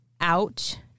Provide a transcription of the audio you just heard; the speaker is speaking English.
out